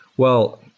well,